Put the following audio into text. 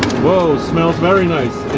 whoa, smells very nice.